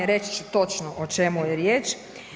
Reći ću točno o čemu je riječ.